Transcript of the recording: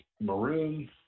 maroon